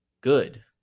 good